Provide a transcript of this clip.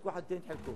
שכל אחד ייתן את חלקו.